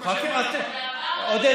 עודד,